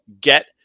get